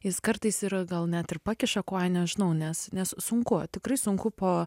jis kartais ir gal net ir pakiša koją nežinau nes nes sunku tikrai sunku po